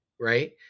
right